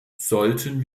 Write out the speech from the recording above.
sollten